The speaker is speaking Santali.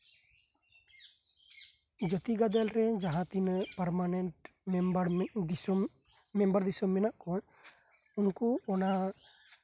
ᱡᱟᱛᱤ ᱜᱟᱫᱮᱞ ᱨᱮᱱ ᱡᱟᱦᱟᱸᱛᱤᱱᱟᱹᱜ ᱯᱟᱨᱢᱮᱱᱴ ᱢᱮᱢᱵᱟᱨ ᱫᱤᱥᱚᱢ ᱢᱮᱢᱵᱟᱨ ᱫᱤᱥᱚᱢ ᱢᱮᱱᱟᱜ ᱠᱚᱣᱟ ᱩᱱᱠᱩ ᱚᱱᱟ